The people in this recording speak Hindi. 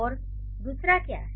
और दूसरा क्या है